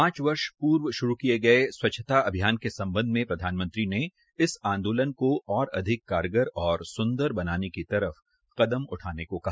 पांच वर्ष पूर्व शुरू किए गए स्वच्छता अभियान के संबंध में प्रधानमंत्री ने इस आंदोलन को और अधिक कारगर और सुंदर बनाने की तरफ कदम उठाने को कहा